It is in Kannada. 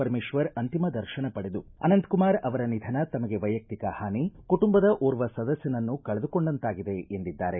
ಪರಮೇಶ್ವರ್ ಅಂತಿಮ ದರ್ಶನ ಪಡೆದು ಅನಂತಕುಮಾರ್ ಅವರ ನಿಧನ ತಮಗೆ ವಯಕ್ತಿಕ ಹಾನಿ ಕುಟುಂಬದ ಓರ್ವ ಸದಸ್ಥನನ್ನು ಕಳೆದುಕೊಂಡಂತಾಗಿದೆ ಎಂದಿದ್ದಾರೆ